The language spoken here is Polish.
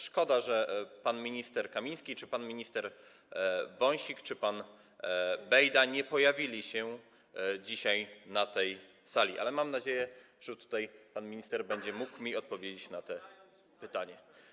Szkoda, że pan minister Kamiński czy pan minister Wąsik, czy pan Bejda nie pojawili się dzisiaj na tej sali, ale mam nadzieję, że tutaj pan minister będzie mógł mi odpowiedzieć na te pytania.